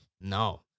No